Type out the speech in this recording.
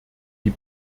die